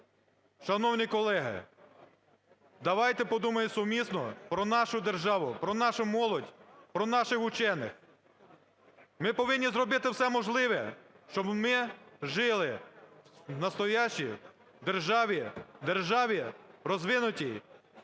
шановні колеги. Давайте подумаємо сумісно про нашу державу, про нашу молодь, про наших учених. Ми повинні зробити все можливе, щоб ми жили внастоящій державі, державі розвинутій,